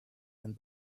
and